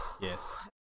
Yes